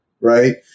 right